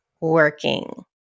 working